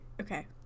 Okay